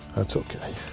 that's okay.